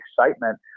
excitement